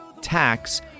tax